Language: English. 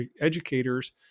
educators